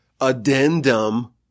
addendum